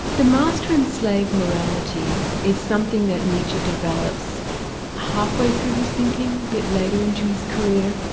the master and slave morality is something that nietzsche develops half-way through his thinking, a bit later into his career.